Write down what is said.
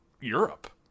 Europe